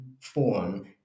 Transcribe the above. form